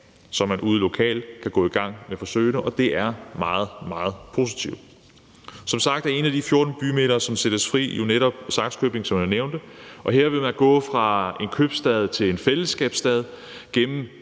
så man ude lokalt kan gå i gang med forsøgene, og det er meget, meget positivt. Som sagt er en af de 14 bymidter, som sættes fri, jo netop Sakskøbing, som jeg nævnte, og her vil man gå fra en købstad til en fællesskabsstad gennem